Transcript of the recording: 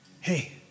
Hey